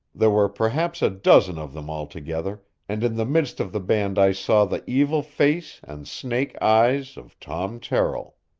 there were perhaps a dozen of them altogether, and in the midst of the band i saw the evil face and snake-eyes of tom terrill.